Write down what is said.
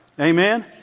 Amen